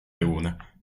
alguna